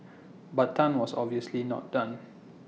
but Tan was obviously not done